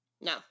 No